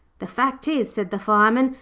the fact is said the fireman,